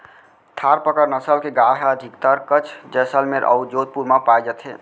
थारपकर नसल के गाय ह अधिकतर कच्छ, जैसलमेर अउ जोधपुर म पाए जाथे